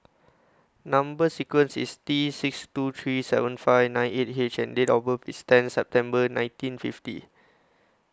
Number sequence IS T six two three seven five nine eight H and Date of birth IS ten September nineteen fifty